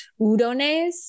udones